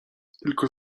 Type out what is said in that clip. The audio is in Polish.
tylko